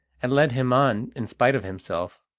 and led him on in spite of himself.